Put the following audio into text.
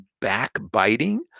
backbiting